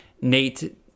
Nate